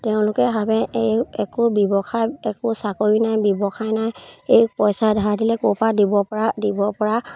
তেওঁলোকে ভাবে এই একো ব্যৱসায় একো চাকৰি নাই ব্যৱসায় নাই এই পইচা ধাৰ দিলে ক'ৰপৰা দিব পৰা দিব পৰা